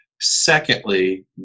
Secondly